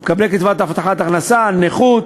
מקבלי קצבת הבטחת הכנסה, נכות,